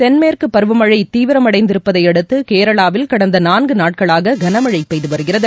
தென்மேற்கு பருவமழை தீவிரமடைந்திருப்பதையடுத்து கேரளாவில் கடந்த நான்கு நாட்களாக கனமழை பெய்து வருகிறது